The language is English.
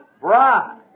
bride